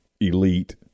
elite